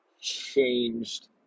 changed